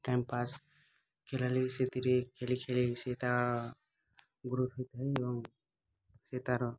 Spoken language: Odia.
ଟାଇମ୍ ପାସ୍ ଖେଳାଳି ସେଥିରେ ଖେଳି ଖେଳି ସିଏ ତା'ର ଗ୍ରୁପ୍ ହୋଇଥାଏ ସିଏ ତା'ର